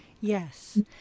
Yes